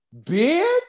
bitch